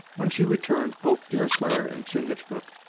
when she returned, both deerslayer and chingachgook,